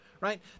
Right